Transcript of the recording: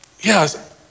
yes